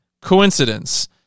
coincidence